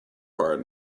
part